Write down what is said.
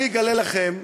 אני אגלה לכם,